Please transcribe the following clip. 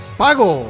pago